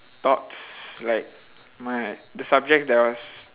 thoughts like my the subjects that I was